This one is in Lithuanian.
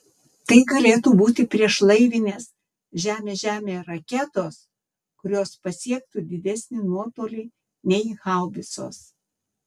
tai galėtų būti priešlaivinės žemė žemė raketos kurios pasiektų didesnį nuotolį nei haubicos